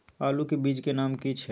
आलू के बीज के नाम की छै?